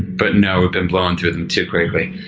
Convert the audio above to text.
but now we've been blowing through them too quickly.